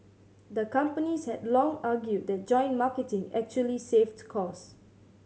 the companies had long argued that joint marketing actually saved costs